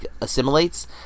assimilates